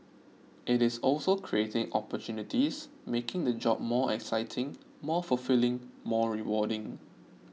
it is also creating opportunities making the job more exciting more fulfilling more rewarding